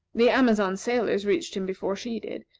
the amazon sailors reached him before she did,